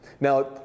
Now